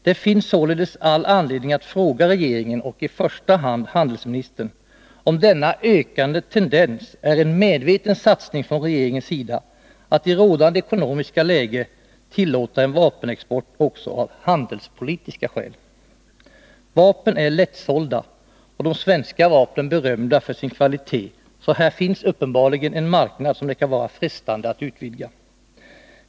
Det finns således all anledning att fråga regeringen och i första hand handelsministern, om denna ökande tendens är en medveten satsning från regeringens sida att i rådande 25 ekonomiska läge tillåta en vapenexport också av handelspolitiska skäl. Vapen är lättsålda, och de svenska vapnen berömda för sin kvalitet, så här finns uppenbarligen en marknad som det kan vara frestande att utvidga.